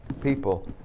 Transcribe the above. people